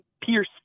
Pierce